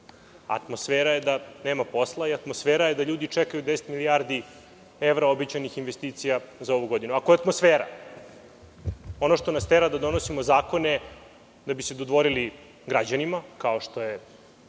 Atmosfera je da nema posla, i atmosfera je da ljudi čekaju 10 milijardi evra obećanih investicija za ovu godinu. Ako je atmosfera ono što nas tera da donosimo zakone da bi se dodvorili građanima kao što je